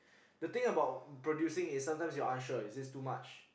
the thing about producing is sometimes you're unsure is this too much